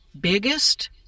biggest